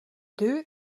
deux